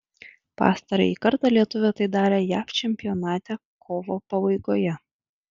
pastarąjį kartą lietuvė tai darė jav čempionate kovo pabaigoje